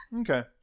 okay